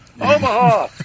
Omaha